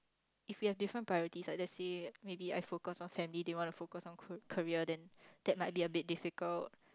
if we have different priorities like let's say maybe I focus on family they want to focus on career then that might be a bit difficult